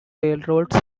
railroads